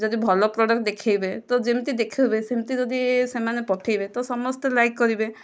ଯଦି ଭଲ ପ୍ରଡକ୍ଟ୍ ଦେଖାଇବେ ତ ଯେମିତି ଦେଖାଇବେ ଯଦି ସେମିତି ସେମାନେ ପଠାଇବେ ତା'ହେଲେ ସମସ୍ତେ ଲାଇକ୍ କରିବେ